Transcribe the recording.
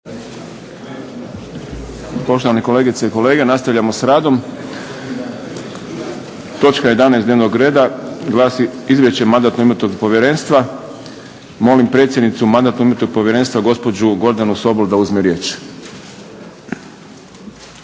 Poštovani kolegice i kolege nastavljamo s radom. Točka 11. dnevnog reda glasi: 11. Izvješće Mandatno-imunitetnog povjerenstva Molim predsjednicu Mandatno-imunitetnog povjerenstva gospođu Gordanu Sobol da uzme riječ.